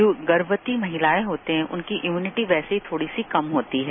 जो गर्मवती महिलाएं होती हैं उनकी इम्युनिटी वैसे भी थोड़ी सी कम होती है